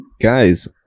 guys